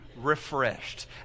refreshed